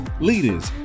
leaders